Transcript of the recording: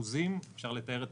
באחוזים אפשר לתאר את